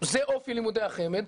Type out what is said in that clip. זה אופי לימודי החמ"ד,